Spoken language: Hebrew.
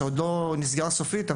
שעוד לא נסגר סופית,